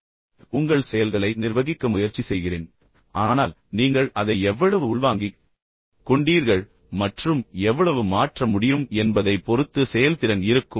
பின்னர் உங்கள் செயல்களை நிர்வகிக்க முயற்சி செய்கிறேன் ஆனால் நீங்கள் அதை எவ்வளவு உள்வாங்கிக் கொண்டீர்கள் மற்றும் எவ்வளவு மாற்ற முடியும் என்பதைப் பொறுத்து செயல்திறன் இருக்கும்